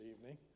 evening